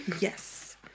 yes